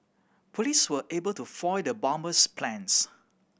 police were able to foil the bomber's plans